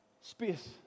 space